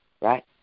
right